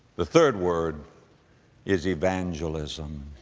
the third word is evangelism.